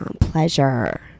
pleasure